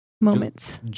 moments